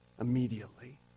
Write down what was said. Immediately